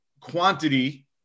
quantity